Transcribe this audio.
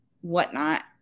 whatnot